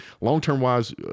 long-term-wise